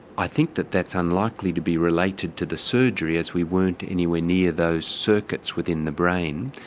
i think that that's unlikely to be related to the surgery as we weren't anywhere near those circuits within the brain.